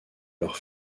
leurs